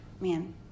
man